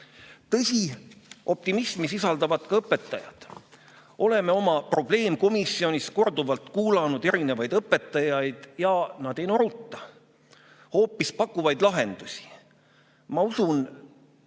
Tõsi, optimismi sisaldavad ka õpetajad. Oleme oma probleemkomisjonis korduvalt kuulanud erinevaid õpetajaid ja nad ei noruta, hoopis pakuvad lahendusi. Ma usun, et